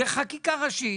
ואומר: זו חקיקה ראשית.